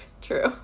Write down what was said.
True